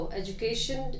education